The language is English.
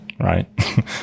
right